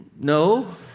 No